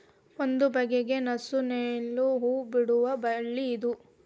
ಒಂದು ಬಗೆಯ ನಸು ನೇಲು ಹೂ ಬಿಡುವ ಬಳ್ಳಿ ಇದು